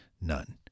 none